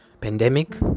pandemic